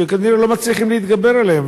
שכנראה לא מצליחים להתגבר עליהן?